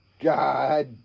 God